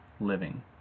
living